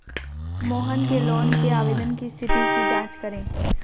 मोहन के लोन के आवेदन की स्थिति की जाँच करें